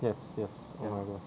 yes yes oh my god